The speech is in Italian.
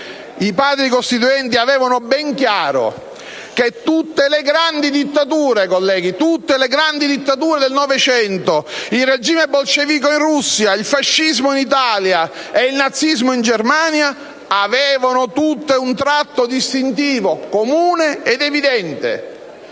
I Padri costituenti avevano ben chiaro che le grandi dittature del Novecento (il regime bolscevico in Russia, il fascismo in Italia e il nazismo in Germania) avevano tutte un tratto distintivo comune ed evidente: